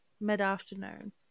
mid-afternoon